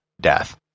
death